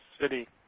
City